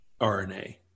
RNA